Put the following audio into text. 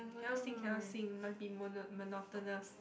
cannot sing cannot sing must be mono~ monotonous